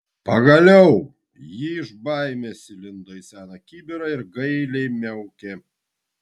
pagaliau ji iš baimės įlindo į seną kibirą ir gailiai miaukė